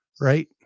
Right